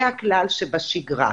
זה הכלל שבשגרה.